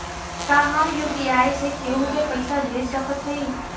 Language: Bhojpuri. का हम यू.पी.आई से केहू के पैसा भेज सकत हई?